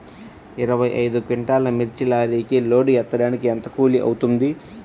ఇరవై ఐదు క్వింటాల్లు మిర్చి లారీకి లోడ్ ఎత్తడానికి ఎంత కూలి అవుతుంది?